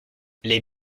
les